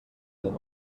den